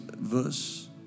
verse